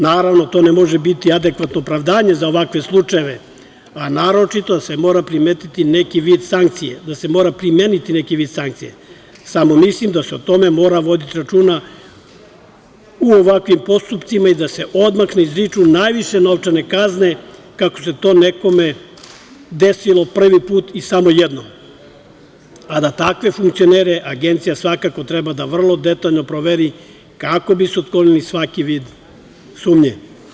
Naravno, to ne može biti adekvatno opravdanje za ovakve slučajeve, a naročito se mora primetiti neki vid sankcije, da se mora primeniti neki vid sankcije, samo mislim da se mora voditi računa u ovakvim postupcima i da se odmah izriču najviše novčane kazne kako se to nekome desilo prvi put i samo jednom, a da takve funkcionere Agencija svakako treba vrlo detaljno da proveri kako bi se otklonio svaki vid sumnje.